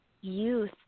youth